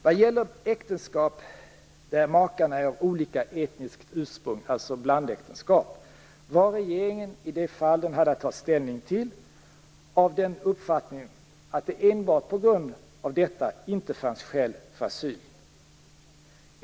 Vad gäller äktenskap där makarna är av olika etniskt ursprung, s.k. blandäktenskap, var regeringen, i de fall den hade att ta ställning till, av den uppfattningen att enbart detta inte var skäl för asyl.